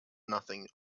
nothing